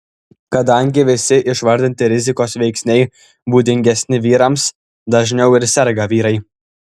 kadangi visi išvardinti rizikos veiksniai būdingesni vyrams dažniau ir serga vyrai